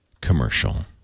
commercial